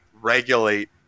regulate